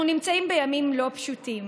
אנחנו נמצאים בימים לא פשוטים